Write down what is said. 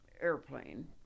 airplane